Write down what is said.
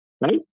Right